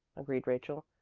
agreed rachel.